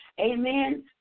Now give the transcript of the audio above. Amen